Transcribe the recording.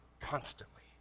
constantly